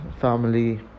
family